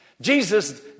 Jesus